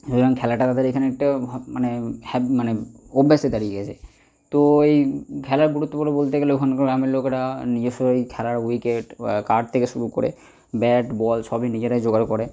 ওই জন্য খেলাটা তাদের এখানে একটা মানে মানে অভ্যাসে দাঁড়িয়ে গেছে তো এই খেলার গুরুত্বগুলো বলতে গেলে ওখানকার গ্রামের লোকেরা নিজস্ব ওই খেলার উইকেট বা কাঠ থেকে শুরু করে ব্যাট বল সবই নিজেরাই জোগাড় করে